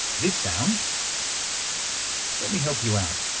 this sound let me help you out.